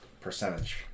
percentage